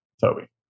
Toby